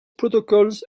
protocols